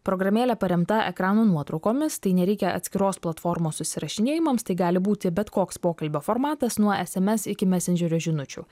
programėlė paremta ekrano nuotraukomis tai nereikia atskiros platformos susirašinėjimams tai gali būti bet koks pokalbio formatas nuo esemes iki mesendžerio žinučių